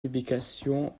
publications